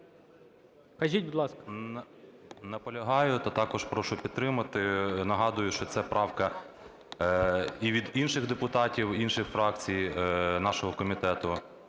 Наполягаю та також прошу підтримати. Нагадую, що це правка і від інших депутатів, інших фракцій нашого комітету: